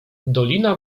dolina